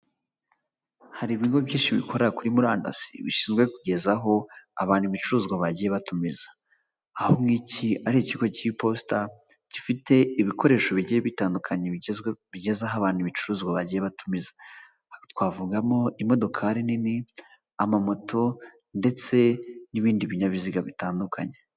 Hari ibigo byinshi bikorera kuri murandasi bishinzwe kugeza aho abantu ibicuruzwa bagiye batumiza. Aho nk'iki ari ikigo cy'iposita gifite ibikoresho bigiye bitandukanye bigezaho abantu ibicuruzwa bagiye batumiza, twavugamo: imodokari nini, amamoto ndetse n'ibindi binyabiziga bitandukanye.